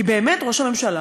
כי באמת ראש הממשלה,